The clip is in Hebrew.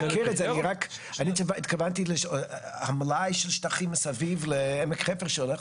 אני התכוונתי המלאי של שטחים מסביב לעמק חפר שהולך